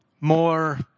more